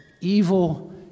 evil